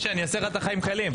משה, אני אעשה לך את החיים קלים.